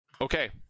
Okay